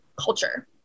culture